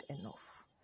enough